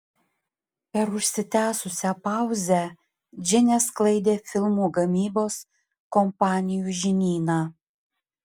per užsitęsusią pauzę džinė sklaidė filmų gamybos kompanijų žinyną